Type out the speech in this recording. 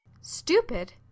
Stupid